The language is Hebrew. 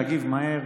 ולהגיב מהר.